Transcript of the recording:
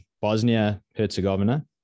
Bosnia-Herzegovina